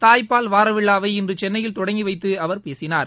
தாய்ப்பால் வார விழாவை இன்று சென்னையில் தொடங்கி வைத்து அவர் பேசினார்